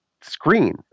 screen